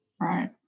Right